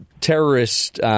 terrorist